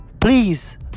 please